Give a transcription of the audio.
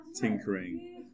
tinkering